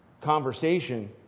conversation